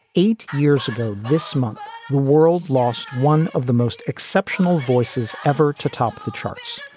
eight years ago this month, the world lost one of the most exceptional voices ever to top the charts,